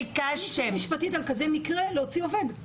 אין לי אפשרות משפטית על כזה מקרה להוציא עובד.